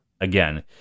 again